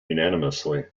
unanimously